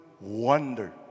wonder